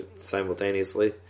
simultaneously